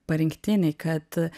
parinktiniai kad